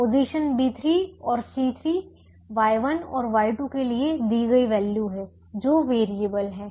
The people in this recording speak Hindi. पोजीशन B3 और C3 Y1 और Y2 के लिए दी गई वैल्यू है जो वेरिएबल हैं